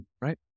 Right